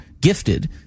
gifted